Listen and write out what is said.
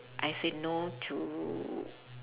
I said no to